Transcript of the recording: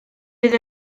fydd